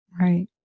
Right